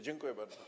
Dziękuję bardzo.